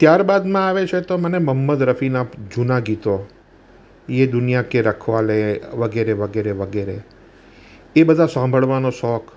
ત્યાર બાદમાં આવે છે તો મને મહંમદ રફીના જૂના ગીતો એ દુનિયા કે રખવાલે વગેરે વગેરે વગેરે એ બધા સાંભળવાનો શોખ